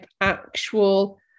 actual